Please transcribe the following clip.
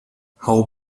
hau